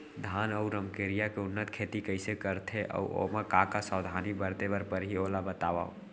धान अऊ रमकेरिया के उन्नत खेती कइसे करथे अऊ ओमा का का सावधानी बरते बर परहि ओला बतावव?